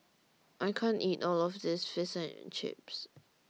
I can't eat All of This Fish and Chips